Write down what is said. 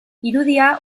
irudia